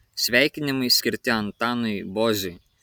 sveikinimai skirti antanui boziui